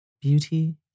Beauty